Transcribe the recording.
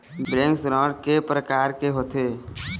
Bank ऋण के प्रकार के होथे?